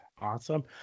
Awesome